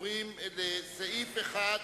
עכשיו נצביע על סעיף 1(א)(2),